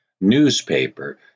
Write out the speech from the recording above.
newspaper